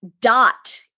dot